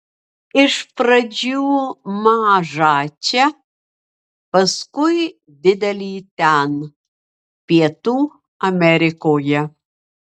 iš pradžių mažą čia paskui didelį ten pietų amerikoje